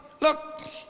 look